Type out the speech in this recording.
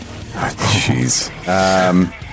jeez